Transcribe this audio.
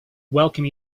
welcome